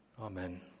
Amen